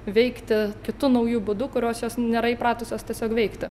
veikti kitu nauju būdu kurios jos nėra įpratusios tiesiog veikti